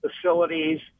facilities